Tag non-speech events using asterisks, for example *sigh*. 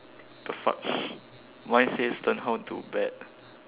the fuck *noise* mine says learn how to bet